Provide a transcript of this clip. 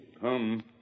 come